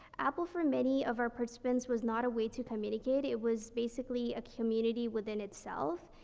apple, for many of our participants, was not a way to communicate. it was basically a community within itself.